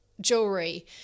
jewelry